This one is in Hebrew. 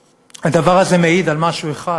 הדבר הזה מעיד על משהו אחד: